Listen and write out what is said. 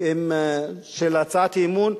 של הצעת האי-אמון,